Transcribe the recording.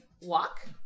walk